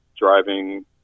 Driving